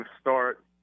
start